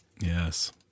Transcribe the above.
Yes